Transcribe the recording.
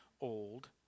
old